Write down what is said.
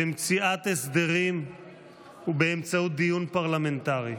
במציאת הסדרים באמצעות דיון פרלמנטרי.